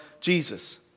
Jesus